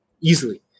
easily